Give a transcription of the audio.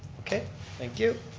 okay thank you.